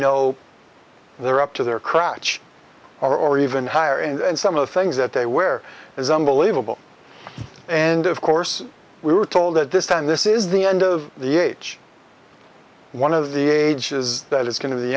know they're up to their crouch or even higher and some of the things that they wear is unbelievable and of course we were told that this time this is the end of the age one of the ages that is going to the